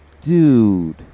dude